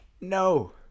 No